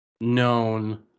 known